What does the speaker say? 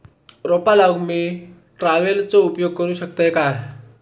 रोपा लाऊक मी ट्रावेलचो उपयोग करू शकतय काय?